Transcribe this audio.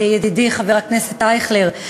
ידידי חבר הכנסת אייכלר,